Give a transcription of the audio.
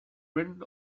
written